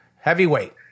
Heavyweight